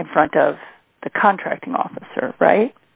it in front of the contracting officer right